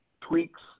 tweaks